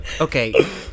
okay